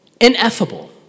Ineffable